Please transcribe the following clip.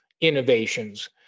innovations